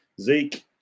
Zeke